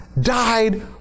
died